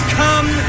come